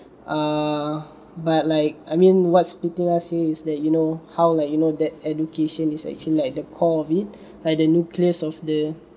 uh but like I mean what's splitting us here is that you know how like you know that education is actually like the core of it like the nucleus of the